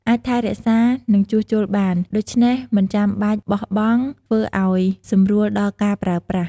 អាចថែរក្សា និងជួសជុលបាន ដូច្នេះមិនចាំបាច់បោះបង់ ធ្វើឲ្យសម្រួលដល់ការប្រើប្រាស់។